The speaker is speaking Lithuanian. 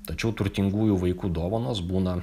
tačiau turtingųjų vaikų dovanos būna